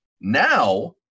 Now